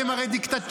אתם הרי דיקטטורה.